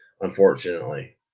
unfortunately